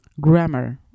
grammar